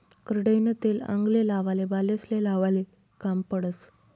करडईनं तेल आंगले लावाले, बालेस्ले लावाले काम पडस